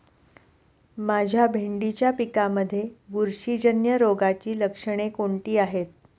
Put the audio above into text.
माझ्या भेंडीच्या पिकामध्ये बुरशीजन्य रोगाची लक्षणे कोणती आहेत?